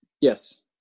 Yes